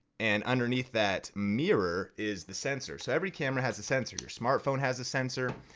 and underneath that mirror is the sensor. so every camera has a sensor, your smartphone has a sensor.